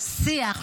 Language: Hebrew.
שיח,